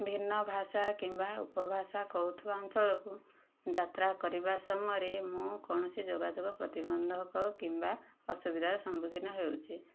ଭିନ୍ନ ଭାଷା କିମ୍ବା ଉପଭାଷା କହୁଥିବା ଅଞ୍ଚଳକୁ ଯାତ୍ରା କରିବା ସମୟରେ ମୁଁ କୌଣସି ଯୋଗାଯୋଗ ପ୍ରତିବନ୍ଧକ କିମ୍ବା ଅସୁବିଧାର ସମ୍ମୁଖୀନ ହେଉଛି